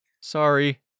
Sorry